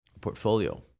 Portfolio